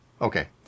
Okay